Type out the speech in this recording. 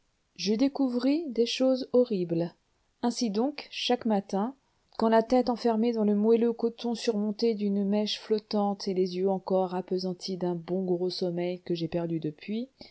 je découvris des choses horribles ainsi donc chaque matin quand la tête enfermée dans le moelleux coton surmonté d'une mèche flottante et les yeux encore appesantis d'un bon gros sommeil que j'ai perdu depuis